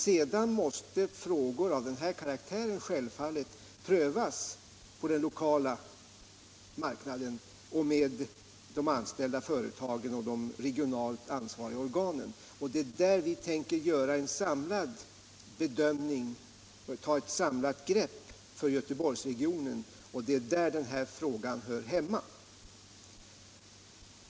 Men frågor av denna karaktär måste självfallet prövas på den lokala marknaden och med de anställda, företagen och de regionalt ansvariga organen. Vi tänker göra en samlad bedömning och ta ett samlat grepp i Göteborgsregionen, och det är där den här frågan hör hemma.